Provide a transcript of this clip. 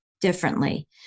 differently